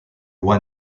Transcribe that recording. one